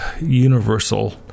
universal